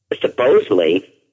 supposedly